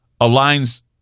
aligns